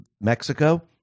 Mexico